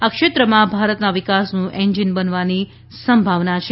આ ક્ષેત્રમાં ભારતના વિકાસનું એન્જિન બનવાની સંભાવના છે